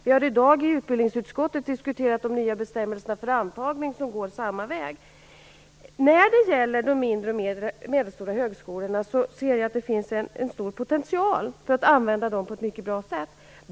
Vi har i dag i utbildningsutskottet diskuterat de nya bestämmelserna för antagning. De går åt samma håll. Jag ser att det finns en stor potential när det gäller att använda de mindre och medelstora högskolorna på ett mycket bra sätt.